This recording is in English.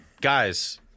Guys